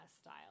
style